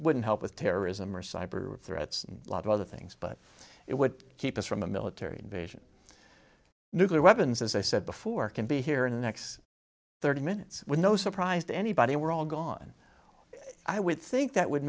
wouldn't help with terrorism or cyber threats lot of other things but it would keep us from a military invasion nuclear weapons as i said before can be here in the next thirty minutes with no surprise to anybody were all gone i would think that would